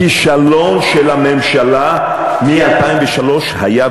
לכישלון של הממשלה מ-2003 היה,